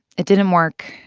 it didn't work,